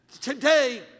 Today